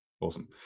awesome